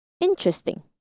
Interesting